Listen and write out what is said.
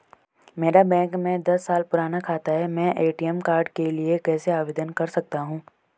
मेरा बैंक में दस साल पुराना खाता है मैं ए.टी.एम कार्ड के लिए कैसे आवेदन कर सकता हूँ?